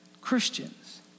Christians